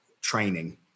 training